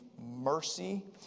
mercy